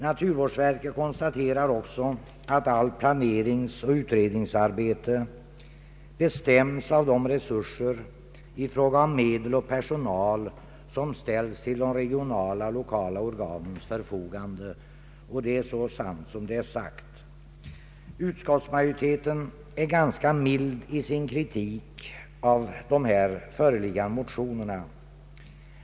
Naturvårdsverket konstaterar att takten i allt planeringsoch utredningsarbete bestäms av de resurser i fråga om medel och personal som ställs till de centrala, regionala och lokala organens förfogande. Det är så sant som det är sagt. Utskottsmajoriteten är ganska mild i sin kritik av här föreliggande motioner.